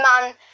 man